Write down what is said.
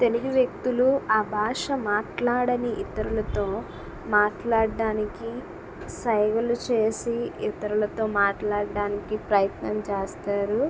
తెలుగు వ్యక్తులు ఆ భాష మాట్లాడని ఇతరులతో మాట్లాడ్డానికి సైగులు చేసి ఇతరులతో మాట్లాడ్డానికి ప్రయత్నం చేస్తారు